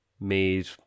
made